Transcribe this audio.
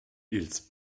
ils